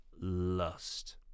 lust